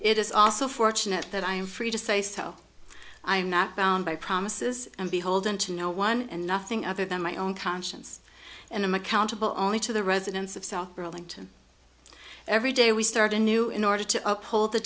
it is also fortunate that i am free to say so i am not bound by promises and beholden to no one and nothing other than my own conscience and i'm accountable only to the residents of south burlington every day we start anew in order to uphold the